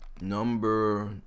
number